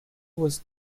was